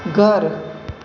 ઘર